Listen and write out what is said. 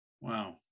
Wow